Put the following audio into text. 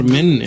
Men